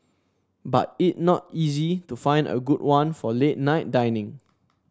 but it not easy to find a good one for late night dining